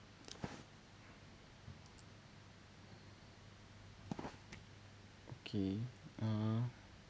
okay uh